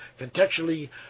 contextually